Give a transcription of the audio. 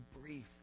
brief